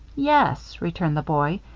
yes, returned the boy.